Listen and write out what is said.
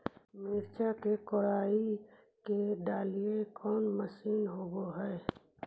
मिरचा के कोड़ई के डालीय कोन मशीन होबहय?